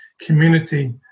community